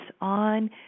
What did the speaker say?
on